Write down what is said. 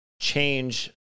change